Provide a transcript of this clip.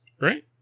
right